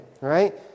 right